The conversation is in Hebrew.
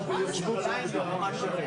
במיזוג אוויר אני מבין